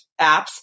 apps